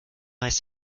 heißt